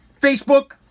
Facebook